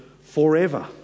forever